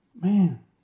Man